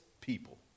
people